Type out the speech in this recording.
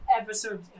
episode